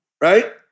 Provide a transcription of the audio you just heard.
right